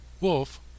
Wolf